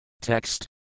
Text